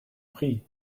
prie